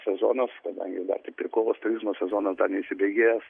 sezonas kadangi dar priklauso turizmo sezonas dar neįsibėgėjęs